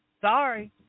Sorry